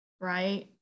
right